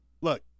Look